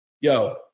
yo